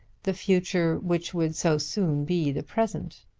the future which would so soon be the present.